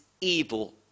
evil